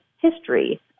history